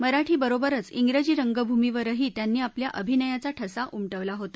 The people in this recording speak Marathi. मराठी बरोबच इंग्रजी रंगभूमीवरही त्यांनी आपल्या अभिनायाचा ठसा उमटवला होता